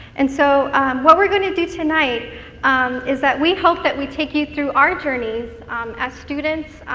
and so what we are going to do tonight um is that we hope that we take you through our journeys as students,